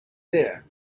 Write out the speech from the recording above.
there